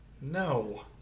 No